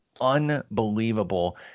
unbelievable